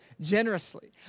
generously